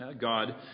God